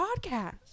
podcast